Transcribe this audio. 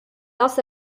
das